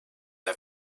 der